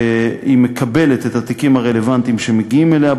היא מקבלת את התיקים הרלוונטיים שמגיעים אליה,